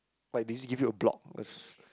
like they just give you a block just